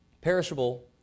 perishable